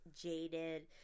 jaded